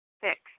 Six